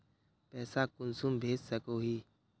पैसा कुंसम भेज सकोही?